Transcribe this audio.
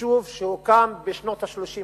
יישוב שהוקם בשנות ה-30,